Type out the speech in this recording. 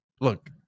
look